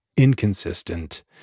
inconsistent